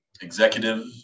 executive